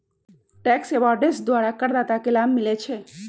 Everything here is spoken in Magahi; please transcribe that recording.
टैक्स अवॉइडेंस द्वारा करदाता के लाभ मिलइ छै